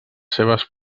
seues